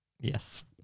Yes